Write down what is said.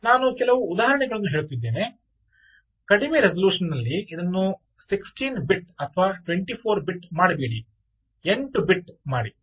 ನಾನು ಕೆಲವು ಉದಾಹರಣೆಗಳನ್ನು ಹೇಳುತ್ತಿದ್ದೇನೆ ಕಡಿಮೆ ರೆಸಲ್ಯೂಶನ್ನಲ್ಲಿ ಇದನ್ನು 16 ಬಿಟ್ ಅಥವಾ 24 ಬಿಟ್ ಮಾಡಬೇಡಿ 8 ಬಿಟ್ ಮಾಡಿ